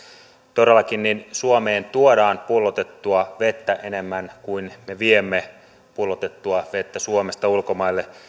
todellakin suomeen tuodaan pullotettua vettä enemmän kuin me viemme pullotettua vettä suomesta ulkomaille